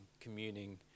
communing